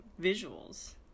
visuals